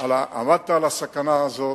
עמדת על הסכנה הזאת,